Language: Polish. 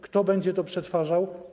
Kto będzie je przetwarzał?